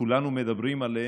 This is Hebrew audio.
כולנו מדברים עליהם,